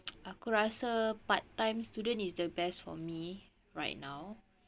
aku rasa part time student is the best for me right now